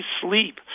sleep